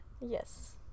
yes